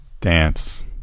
Dance